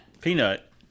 Peanut